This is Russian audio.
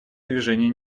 движения